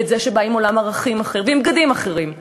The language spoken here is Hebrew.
ואת זה שבא עם עולם ערכים אחר ועם בגדים אחרים,